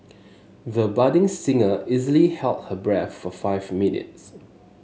the budding singer easily held her breath for five minutes